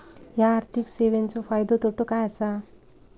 हया आर्थिक सेवेंचो फायदो तोटो काय आसा?